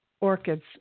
orchids